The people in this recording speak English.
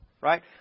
right